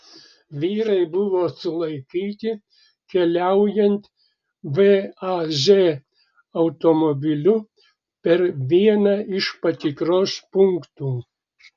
vyrai buvo sulaikyti keliaujant vaz automobiliu per vieną iš patikros punktų